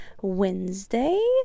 wednesday